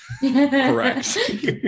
Correct